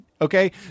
Okay